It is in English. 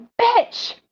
bitch